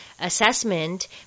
assessment